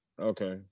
Okay